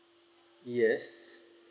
yes